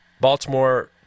Baltimore—